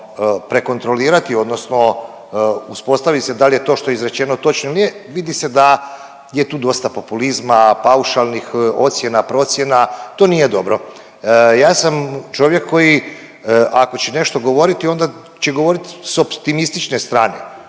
prekontrolirati, odnosno uspostavi se da li je to što je izrečeno točno ili nije, vidi se da je tu dosta populizma, paušalnih ocjena, procjena, to nije dobro. Ja sam čovjek koji, ako će nešto govoriti, onda će govoriti s optimistične strane,